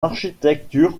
architecture